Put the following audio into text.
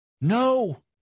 no